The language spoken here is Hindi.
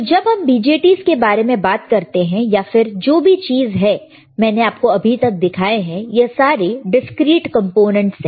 तो जब हम BJTs के बारे में बात करते हैं या फिर जो भी चीज है मैंने आपको अभी तक दिखाए हैं यह सारे डिस्क्रीट कंपोनेंट्स है